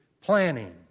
planning